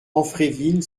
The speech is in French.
amfreville